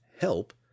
Help